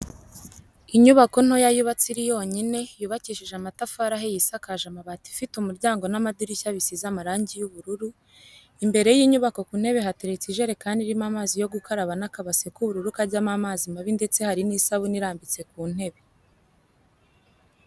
Inyubako ntoya yubatse iri yonyine, yubakishije amatafari ahiye isakaje amabati ifite umuryango n'amadirishya bisize amarangi y'ubururu, imbere y'inyubako ku ntebe hateretse ijerekani irimo amazi yo gukaraba n'akabase k'ubururu kajyamo amazi mabi ndetse hari n'isabuni irambitse ku ntebe.